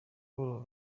buhoro